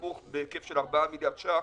נמוך בהיקף של 4 מיליארד ש"ח